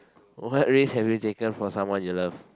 what ways have you taken for someone you love